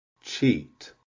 cheat